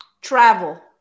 Travel